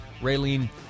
Raylene